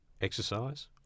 exercise